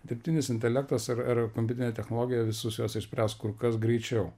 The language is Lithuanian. dirbtinis intelektas ir ir kompiuterinė technologija visus juos išspręs kur kas greičiau